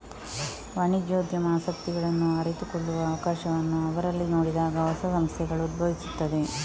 ವಾಣಿಜ್ಯೋದ್ಯಮ ಆಸಕ್ತಿಗಳನ್ನು ಅರಿತುಕೊಳ್ಳುವ ಅವಕಾಶವನ್ನು ಅವರಲ್ಲಿ ನೋಡಿದಾಗ ಹೊಸ ಸಂಸ್ಥೆಗಳು ಉದ್ಭವಿಸುತ್ತವೆ